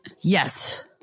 Yes